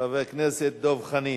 חבר הכנסת דב חנין.